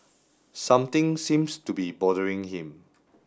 something seems to be bothering him